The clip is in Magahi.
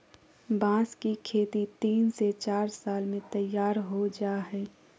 बांस की खेती तीन से चार साल में तैयार हो जाय हइ